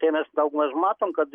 tai mes daugmaž matom kad